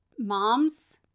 moms